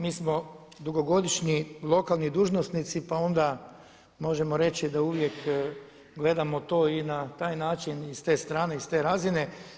Mi smo dugogodišnji lokalni dužnosnici pa onda možemo reći da uvijek gledamo to i na taj način i s te strane i s te razine.